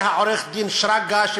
עורך-דין שרגא,